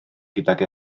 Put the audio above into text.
gydag